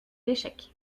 d’échecs